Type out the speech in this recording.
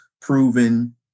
proven